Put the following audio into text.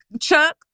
Chuck